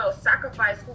sacrifice